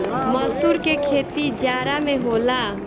मसूर के खेती जाड़ा में होला